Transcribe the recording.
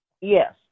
Yes